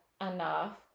enough